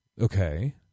Okay